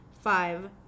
five